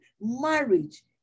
marriage